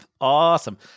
Awesome